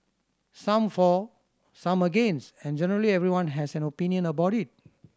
some for some against and generally everyone has an opinion about it